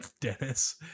dennis